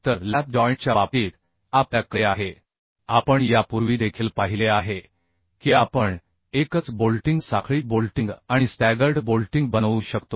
तर लॅप जॉइंटच्या बाबतीत आपल्या कडे आहे आपण यापूर्वी देखील पाहिले आहे की आपण एकच बोल्टिंग साखळी बोल्टिंग आणि स्टॅगर्ड बोल्टिंग बनवू शकतो